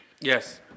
Yes